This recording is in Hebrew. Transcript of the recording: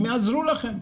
הם יעזרו לכם.